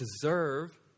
deserve